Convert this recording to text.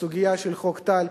בסוגיה של חוק טל,